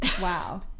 Wow